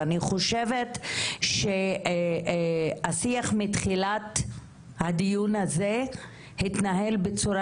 אני חושבת שהשיח מתחילת הדיון הזה התנהל בצורה